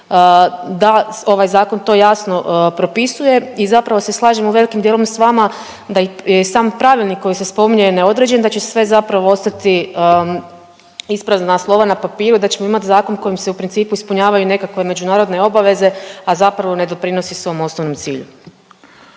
da ovaj zakon to jasno propisuje i zapravo se slažem velikim dijelom s vama da je i sam Pravilnik koji se spominje neodređen, da će sve zapravo ostati isprazna slova na papiru, da ćemo imat zakon kojim se u principu ispunjavaju nekakve međunarodne obaveze, a zapravo ne doprinosi svom osnovnom cilju.